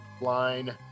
line